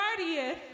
30th